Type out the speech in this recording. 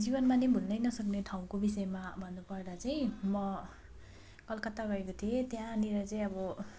जीवनमा नै भुल्नै नसक्ने ठाउँको विषयमा भन्नु पर्दा चाहिँ म कलकत्ता गएको थिएँ त्यहाँनिर चाहिँ अब